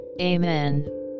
Amen